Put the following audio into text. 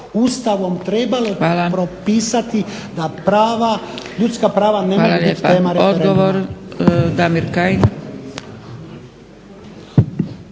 Ustavom trebalo propisati da ljudska prava ne mogu biti